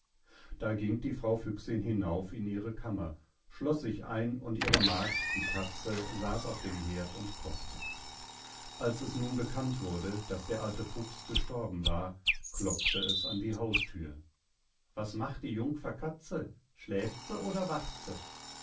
da ging die frau füchsin hinauf in ihre kammer schloß sich ein und ihre magd die katze saß auf dem heerd und kochte als es nun bekannt wurde daß der alte fuchs gestorben war klopfte es an die hausthür was macht sie jungfer katze schläft se oder wacht